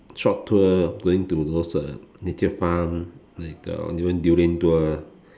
short tour of going to those uh nature farm like uh even durian tour